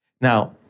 Now